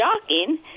shocking